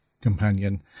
companion